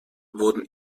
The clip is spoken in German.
wurden